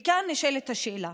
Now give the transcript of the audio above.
כאן נשאלת השאלה,